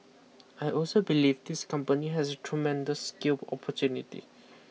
I also believe this company has tremendous scale opportunity